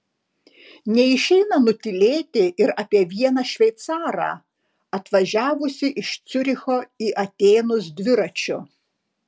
neišeina nutylėti ir apie vieną šveicarą atvažiavusį iš ciuricho į atėnus dviračiu